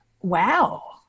wow